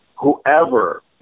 whoever